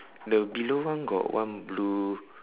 the below one got one blue